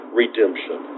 redemption